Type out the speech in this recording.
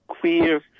queer